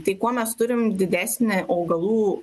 tai kuo mes turim didesnį augalų